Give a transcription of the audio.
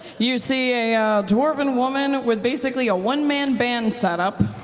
you see a dwarven woman with basically a one man band set up.